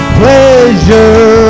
pleasure